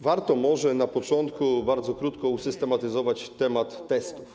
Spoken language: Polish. Warto może na początku bardzo krótko usystematyzować temat testów.